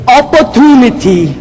opportunity